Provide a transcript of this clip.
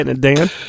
Dan